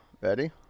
Ready